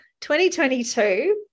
2022